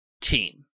team